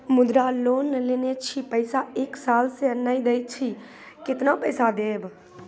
मुद्रा लोन लेने छी पैसा एक साल से ने देने छी केतना पैसा देब?